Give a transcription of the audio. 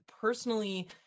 personally